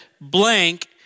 blank